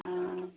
हाँ